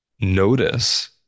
notice